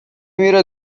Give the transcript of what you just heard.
میره